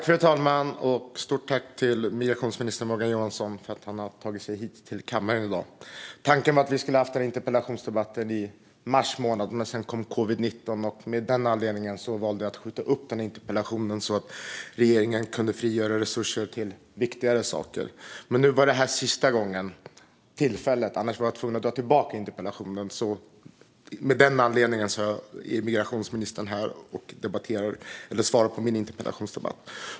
Fru talman! Jag säger stort tack till migrationsminister Morgan Johansson för att han har tagit sig till kammaren i dag. Tanken var att vi skulle ha haft denna interpellationsdebatt i mars månad. Men då kom covid-19. Av den anledningen valde jag att skjuta upp interpellationsdebatten, så att regeringen kunde frigöra resurser till viktigare saker. Men detta var sista tillfället att ha debatten. Hade vi inte haft den nu hade jag varit tvungen att dra tillbaka interpellationen. Av den anledningen är migrationsministern här och svarar på min interpellation.